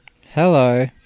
Hello